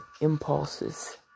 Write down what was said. impulses